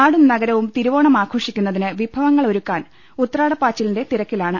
നാടും നഗരവും തിരുവോണമാഘോഷിക്കുന്നതിന് വിഭവങ്ങളൊരുക്കാൻ ഉത്രാടപ്പാച്ചിലിന്റെ തിരക്കിലാണ്